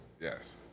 Yes